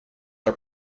are